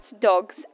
dogs